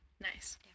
Nice